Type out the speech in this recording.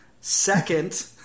Second